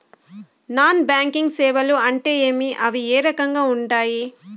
non banking సేవలు అంటే ఏమి అవి ఏ రకంగా ఉండాయి